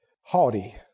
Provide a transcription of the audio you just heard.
haughty